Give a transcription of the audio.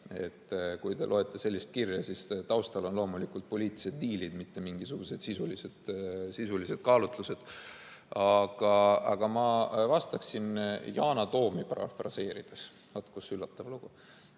Kui te loete sellist kirja, siis saate aru, et taustal on loomulikult poliitilised diilid, mitte mingisugused sisulised kaalutlused. Aga ma vastaksin Yana Toomi parafraseerides – vaat kus üllatav lugu!